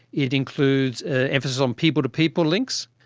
it includes an emphasis on people-to-people links,